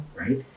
right